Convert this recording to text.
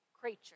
creature